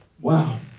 Wow